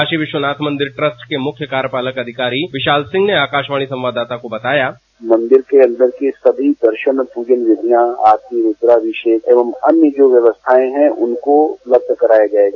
काशी विश्वनाथ मंदिर ट्रस्ट के मुख्य कार्यपालक अधिकारी विशाल सिंह ने आकाशवाणी संवाददाता को बताया मंदिर के अन्दर के सभी दर्शन और प्जन विधियां आरती रूद्राभिषेक और अन्य जो व्यवस्थाएं हैं उनको उपलब्ध कराया जाएगा